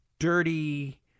dirty